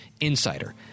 insider